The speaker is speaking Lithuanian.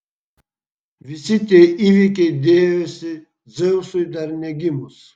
visi tie įvykiai dėjosi dzeusui dar negimus